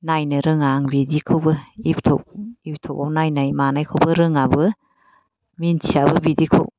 नायनो रोङा आं बिदिखौबो इउथुब इउथुबाव नायनाय मानायखौबो रोङाबो मिनथियाबो बिदिखौ